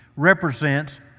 represents